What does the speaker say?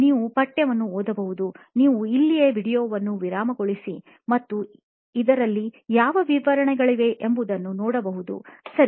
ನೀವು ಪಠ್ಯವನ್ನು ಓದಬಹುದು ನೀವು ಇಲ್ಲಿಯೇ ವೀಡಿಯೊವನ್ನು ವಿರಾಮಗೊಳಿಸಬಹುದು ಮತ್ತು ಇದರಲ್ಲಿ ಯಾವ ವಿವರಗಳಿವೆ ಎಂಬುದನ್ನು ನೋಡಬಹುದು ಸರಿ